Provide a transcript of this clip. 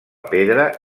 pedra